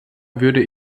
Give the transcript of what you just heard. würde